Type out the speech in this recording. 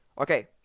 Okay